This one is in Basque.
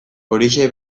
horixe